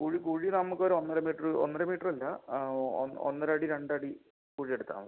കുഴി കുഴി നമക്ക് ഒര് ഒന്നര മീറ്റർ ഒന്നര മീറ്റർ അല്ല ഒന്നര അടി രണ്ട് അടി കുഴി എടുത്താൽ മതി